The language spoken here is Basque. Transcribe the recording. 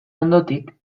ondotik